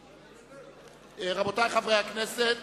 רבותי חברי הכנסת,